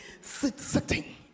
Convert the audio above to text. sitting